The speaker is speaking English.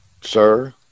Sir